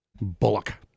Bullock